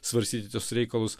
svarstyti tuos reikalus